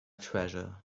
treasure